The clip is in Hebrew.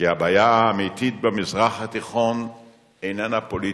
כי הבעיה האמיתית במזרח התיכון איננה פוליטית.